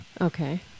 Okay